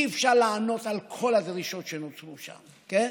אי-אפשר לענות על כל הדרישות שנוצרו שם, כן?